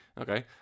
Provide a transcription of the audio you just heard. okay